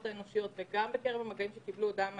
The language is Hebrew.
האנושיות וגם בקרב המגעים שקיבלו הודעה מהשירות,